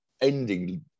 ending